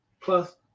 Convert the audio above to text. plus